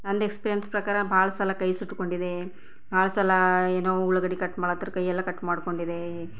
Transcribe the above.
ನಂದು ಎಕ್ಸ್ಪೀರಿಯೆನ್ಸ್ ಪ್ರಕಾರ ಭಾಳ ಸಲ ಕೈ ಸುಟ್ಕೊಂಡಿದ್ದೆ ಆ ಸಲ ಏನೊ ಉಳ್ಳಾಗಡ್ಡಿ ಕಟ್ ಮಾಡಾತಿದ್ರು ಕೈ ಎಲ್ಲ ಕಟ್ ಮಾಡ್ಕೊಂಡಿದೆ